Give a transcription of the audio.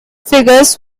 figures